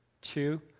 two